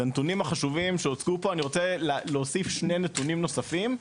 לנתונים החשובים שהוצגו פה אני רוצה להוסיף שני נתונים נוספים,